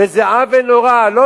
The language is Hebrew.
זה עוול נורא, מה הקשר?